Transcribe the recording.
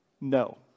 no